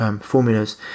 formulas